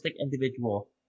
individual